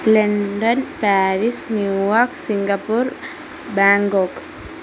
London Paris New York Singapore Bangkok